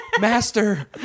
master